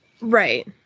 right